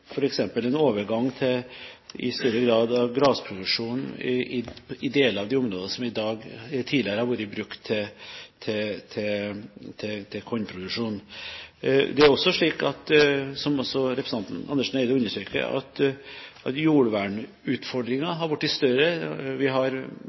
at en del av arealene ikke brukes, samt også f.eks. en overgang til større grad av grasproduksjon i deler av de områdene som tidligere har vært brukt til kornproduksjon. Som også representanten Andersen Eide